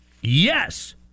yes